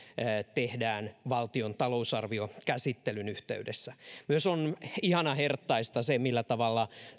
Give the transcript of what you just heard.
tehdään valtion talousarviokäsittelyn yhteydessä myös on ihanan herttaista se millä tavalla